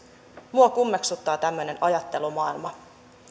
minua kummeksuttaa tämmöinen ajattelumaailma